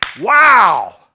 Wow